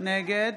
נגד